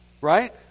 right